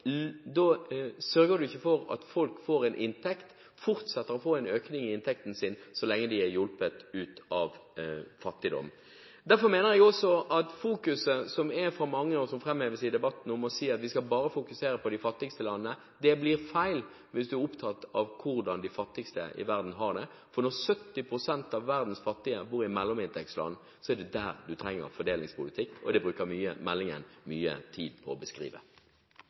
få en økning i inntekten sin så lenge de er hjulpet ut av fattigdom. Derfor mener jeg også at fokuset hos mange, som framheves i debatten, om at vi skal bare fokusere på de fattigste landene, blir feil hvis man er opptatt av hvordan de fattigste i verden har det. Når 70 pst. av verdens fattige bor i mellominntektsland, er det der man trenger fordelingspolitikk, og det bruker meldingen mye tid på å beskrive.